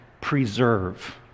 preserve